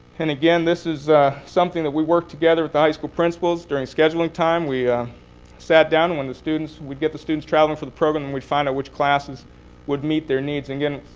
and again, this is something that we work together with high school principals during scheduling time. we sat down. and when the students we'd get the students traveling for the program. and we'd find out which classes would meet their needs. and again,